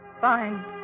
fine